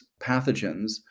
pathogens